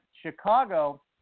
Chicago